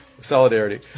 Solidarity